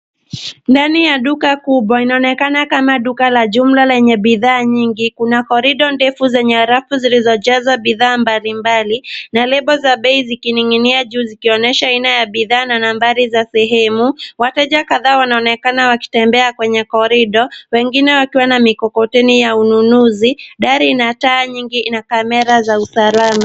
Ndani ya duka kubwa, inaonekana kama duka la jumla au lenye bidhaa nnyingi, kuna korido refu zenye rafu zilizojazwa bidhaa mbalimbali na lebo za bei zikining'inia juu zikionyesha aaina ya bidhaa na nambari za sehemu. Wateja kadhaa wanaonekana wakitembea kwenye korido, wengine wakiwa na mikokoteni ya ununuzi. Dari ina taa nyingi na kamera za usalama.